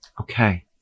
Okay